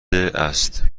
است